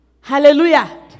Hallelujah